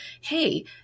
hey